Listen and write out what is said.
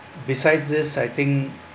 besides this I think